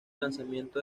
lanzamiento